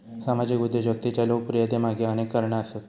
सामाजिक उद्योजकतेच्या लोकप्रियतेमागे अनेक कारणा आसत